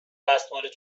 دستمال